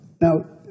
now